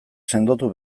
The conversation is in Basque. sendotu